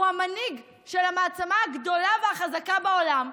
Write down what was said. הוא המנהיג של המעצמה הגדולה והחזקה בעולם,